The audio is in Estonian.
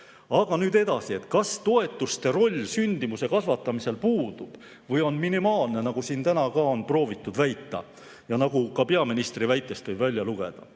Aga nüüd edasi, et kas toetuste roll sündimuse kasvatamisel puudub või on minimaalne, nagu siin täna on proovitud väita ja nagu ka peaministri väitest võib välja lugeda.